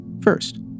First